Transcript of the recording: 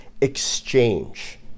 exchange